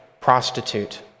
prostitute